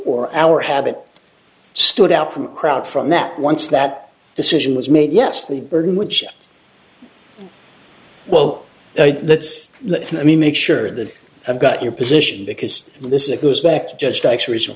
or our habit stood out from a crowd from that once that decision was made yes the burden which well that's let me make sure that i've got your position because this it goes back to judge strikes original